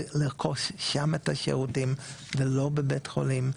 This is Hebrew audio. לרכוש שם את השירותים ולא בבית חולים,